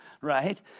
right